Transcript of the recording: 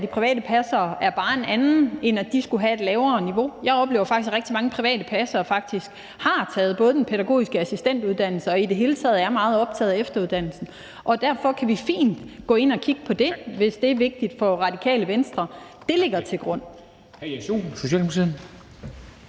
af de private passere er bare en anden, end at de skulle have et lavere niveau. Jeg oplever faktisk, at rigtig mange private passere faktisk har taget både den pædagogiske assistentuddannelse og i det hele taget er meget optaget af efteruddannelse. Derfor kan vi fint gå ind og kigge på det, hvis det er vigtigt for Radikale Venstre. Det ligger til grund.